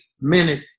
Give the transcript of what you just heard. minute